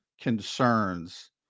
concerns